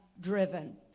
driven